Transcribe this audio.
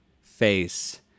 face